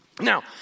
Now